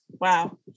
Wow